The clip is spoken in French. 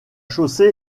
chaussée